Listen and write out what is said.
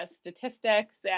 statistics